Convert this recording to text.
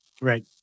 Right